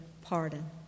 pardon